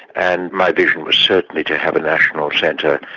and my vision was certainly to have a national centre,